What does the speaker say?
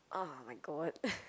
ah my god